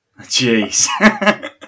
Jeez